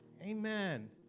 Amen